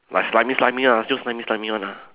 like slimy slimy ah still slimy slimy one ah